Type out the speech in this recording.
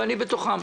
כשאני בתוכם,